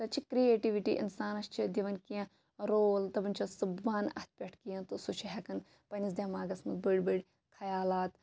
تَتہِ چھِ کریٹِوِٹی اِنسانَس چھِ مَطلَب دِوَان کینٛہہ رول دپان چھِس ژٕ ون اتھ پیٹھ کینٛہہ تہٕ سُہ چھُ ہیٚکان پَننِس دیٚماغَس مَنٛز بٔڑۍ بٔڑۍ خَیالات